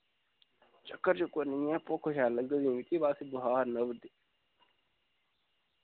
चक्कर चुक्कर नी ऐ भुक्ख शैल लग्गा दी ऐ मिकी बस बखार न आवा दे